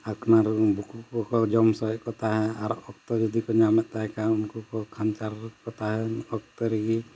ᱟᱯᱱᱟᱨ ᱨᱮᱱ ᱵᱷᱩᱠᱩ ᱠᱚᱠᱚ ᱡᱚᱢ ᱦᱚᱪᱚᱭᱮᱫ ᱠᱚ ᱛᱟᱦᱮᱸᱫ ᱟᱨ ᱚᱠᱛᱚ ᱡᱩᱫᱤ ᱠᱚ ᱧᱟᱢᱮᱫ ᱛᱟᱦᱮᱸ ᱠᱷᱟᱱ ᱩᱱᱠᱩ ᱠᱚ ᱠᱷᱟᱱᱪᱟᱨ ᱠᱚ ᱛᱟᱦᱮᱱ ᱚᱠᱛᱚ ᱨᱮᱜᱮ